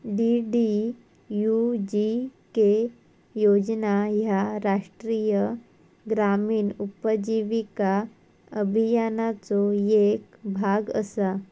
DDUGK योजना ह्या राष्ट्रीय ग्रामीण उपजीविका अभियानाचो येक भाग असा